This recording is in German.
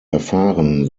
erfahren